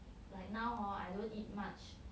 like now hor I don't eat much